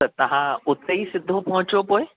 त तव्हां हुते ई सिधो पहुचो पोइ